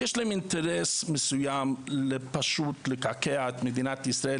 שיש להם אינטרס מסוים פשוט לקעקע את מדינת ישראל,